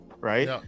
right